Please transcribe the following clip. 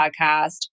podcast